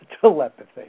telepathy